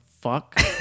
fuck